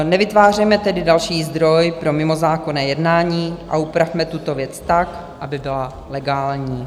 Nevytvářejme tedy další zdroj pro mimozákonné jednání a upravme tuto věc tak, aby byla legální.